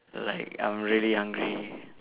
like I'm really hungry